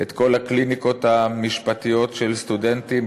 את כל הקליניקות המשפטיות של סטודנטים,